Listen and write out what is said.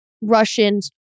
Russians